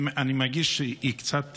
אני מרגיש קצת אי-נעימות,